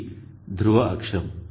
ఇది ధ్రువ అక్షం